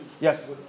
Yes